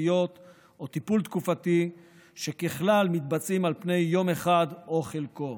תקופתיות או טיפול תקופתי שככלל מתבצעים על פני יום אחד או חלקו.